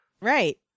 right